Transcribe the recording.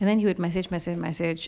and then he would message message message